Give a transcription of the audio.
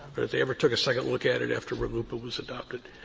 or if they ever took a second look at it after rluipa was adopted.